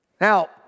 Now